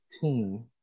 team